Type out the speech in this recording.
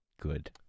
Good